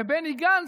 ובני גנץ,